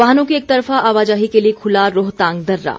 वाहनों की एकतरफा आवाजाही के लिए खुला रोहतांग दर्रा